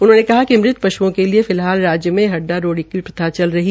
उन्होंने कहा कि मृत पश्ओं के लिए फिलहाल राज्य में हड्डा रोडी की प्रथा चल रही है